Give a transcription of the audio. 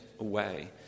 away